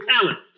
talent